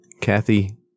Kathy